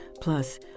Plus